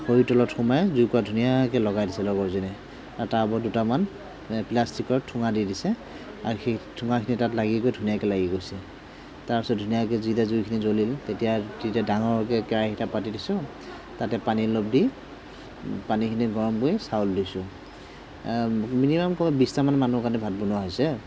খৰিৰ তলত সোমাই জুইকুৰা ধুনীয়াকৈ লগাই দিছে লগৰজনে আৰু তাৰ ওপৰত দুটামান প্লাষ্টিকৰ ঠোঙা দি দিছে আৰু সেই ঠোঙাখিনি তাত লাগি গৈ ধুনীয়াকৈ লাগি গৈছে তাৰপিছত ধুনীয়াকৈ যেতিয়া জুইকুৰা জ্বলিল তেতিয়া তেতিয়া ডাঙৰকৈ কেৰাহী এটা পাতি দিছোঁ তাতে পানী অলপ দি পানীখিনি গৰম কৰি চাউল দিছোঁ মিনিমাম কমেও বিছটামান মানুহৰ কাৰণে ভাত বনোৱা হৈছে